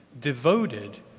devoted